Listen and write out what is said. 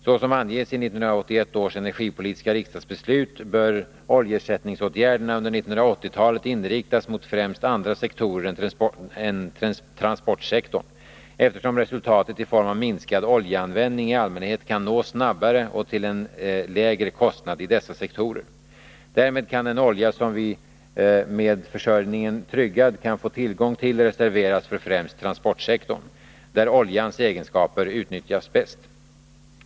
Såsom anges i 1981 års energipolitiska riksdagsbeslut bör oljeersättningsåtgärderna under 1980-talet inriktas mot främst andra sektorer än transportsektorn, eftersom resultat i form av minskad oljeanvändning i allmänhet kan nås snabbare och till en lägre kostnad i dessa sektorer. Därmed kan den olja som vi med försörjningen tryggad kan få tillgång till reserveras för främst transportsektorn, där oljans egenskaper utnyttjas bäst.